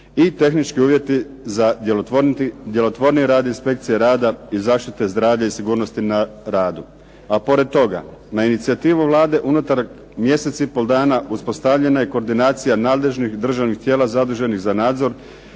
i tehnički uvjeti za djelotvorniji rad inspekcije rada i zaštite zdravlja i sigurnosti na radu. A pored toga, na inicijativu Vlade unutar mjesec i pol dana uspostavljena je koordinacija nadležnih državnih tijela zaduženih za nadzor